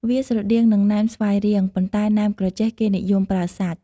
វាស្រដៀងនឹងណែមស្វាយរៀង ប៉ុន្តែណែមក្រចេះគេនិយមប្រើសាច់។